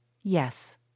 Yes